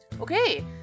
Okay